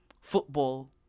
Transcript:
football